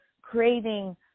creating